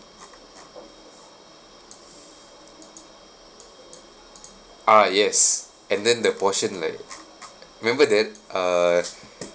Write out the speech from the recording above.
ah yes and then the portion like remember that uh